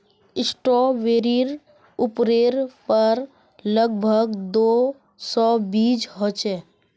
स्ट्रॉबेरीर उपरेर पर लग भग दो सौ बीज ह छे